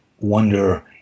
wonder